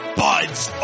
buds